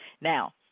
Now